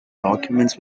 documents